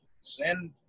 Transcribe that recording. Send